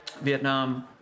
Vietnam